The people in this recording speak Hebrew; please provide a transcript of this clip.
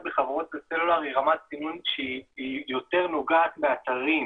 בחברות הסלולר היא רמת סינון שיותר נוגעת לאתרים,